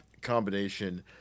combination